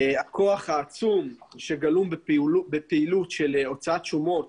הכוח העצום שגלום בפעילות של הוצאת שומות